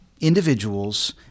individuals